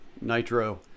Nitro